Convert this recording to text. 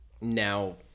now